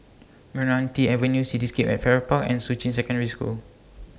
Meranti Avenue Cityscape At Farrer Park and Shuqun Secondary School